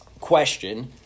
Question